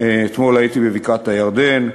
אתמול הייתי בבקעת-הירדן,